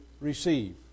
receive